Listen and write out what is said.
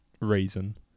reason